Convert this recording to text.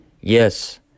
Yes